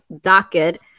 docket